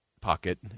pocket